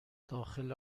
داخل